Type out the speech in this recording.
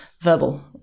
verbal